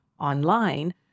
online